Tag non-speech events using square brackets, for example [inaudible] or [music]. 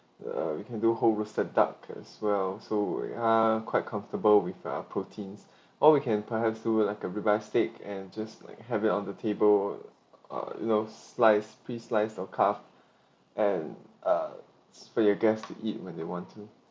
uh we can do whole roasted duck as well so we are quite comfortable with our proteins [breath] or we can perhaps do like a rib eye steak and just like have it on the table or you know sliced piece sliced or cut and uh it's for your guests to eat when they want to